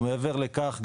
ומעבר לכך,